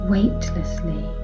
Weightlessly